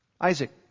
Isaac